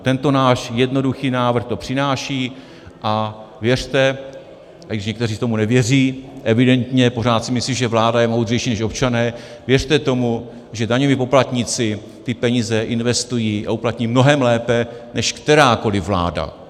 Tento náš jednoduchý návrh to přináší, a věřte, i když někteří tomu nevěří evidentně, pořád si myslí, že vláda je moudřejší než občané, věřte tomu, že daňoví poplatníci ty peníze investují a uplatní mnohem lépe než kterákoli vláda.